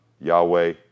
Yahweh